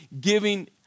giving